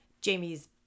Jamie's